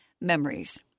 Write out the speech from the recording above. memories